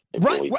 Right